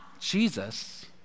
Jesus